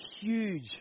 huge